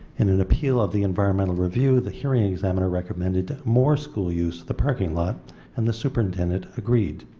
in an appeal of the environmental review the hearing examiner recommended that more school use the parking lot and the superintendent agreed.